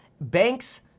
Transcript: banks